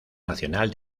nacional